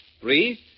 Three